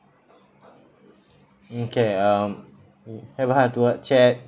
mm okay um mm have a heart to heart chat